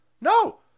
no